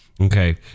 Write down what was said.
okay